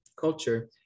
culture